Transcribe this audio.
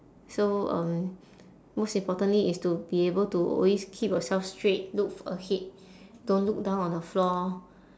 so um most importantly is to be able to always keep yourself straight look f~ ahead don't look down on the floor